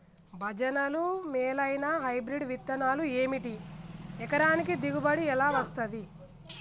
భజనలు మేలైనా హైబ్రిడ్ విత్తనాలు ఏమిటి? ఎకరానికి దిగుబడి ఎలా వస్తది?